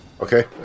Okay